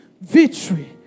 victory